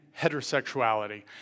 heterosexuality